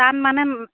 তাত মানে